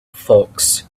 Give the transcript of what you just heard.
folks